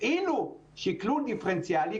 הפעילו שקלול דיפרנציאלי,